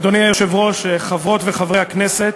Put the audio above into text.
אדוני היושב-ראש, חברות וחברי הכנסת,